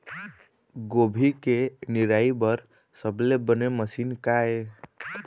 गोभी के निराई बर सबले बने मशीन का ये?